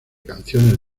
canciones